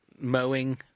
mowing